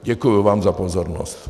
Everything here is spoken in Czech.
Děkuji vám za pozornost.